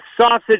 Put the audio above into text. sausage